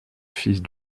fils